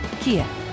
Kia